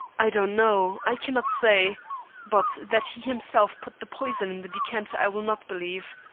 i do not know, i cannot say but that he himself put the poison in the decanter i will not believe.